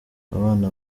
abana